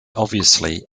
obviously